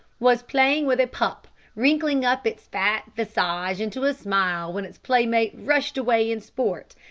was playing with a pup, wrinkling up its fat visage into a smile when its playmate rushed away in sport,